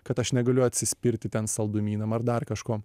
kad aš negaliu atsispirti saldumynam ar dar kažko